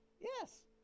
Yes